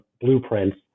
blueprints